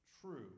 true